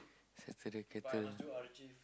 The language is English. Saturday cater